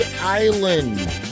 Island